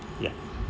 ya